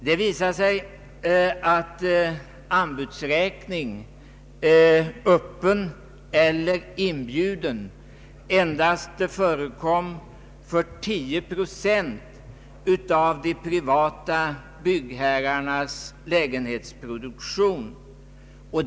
Det visade sig att anbudsräkning, öppen eller inbjuden, endast förekom för 10 procent av de privata byggherrarnas lägenhetsproduktion.